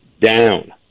down